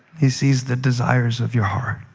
he sees the desires of your heart.